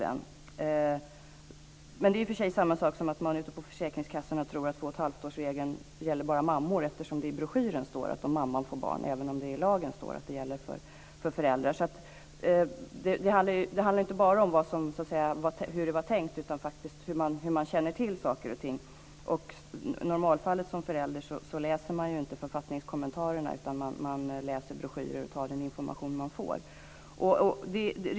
Det är i och för sig samma sak som att man ute på försäkringskassorna tror att 2 1⁄2-årsregeln bara gäller mammor eftersom det i broschyren står att det gäller om mamman får barn - även om det i lagen står att det gäller föräldrar. Det handlar alltså inte bara om hur det var tänkt utan också om hur väl man faktiskt känner till saker och ting. I normalfallet läser man ju som förälder inte författningskommentarerna, utan man läser broschyrer och tar den information man får.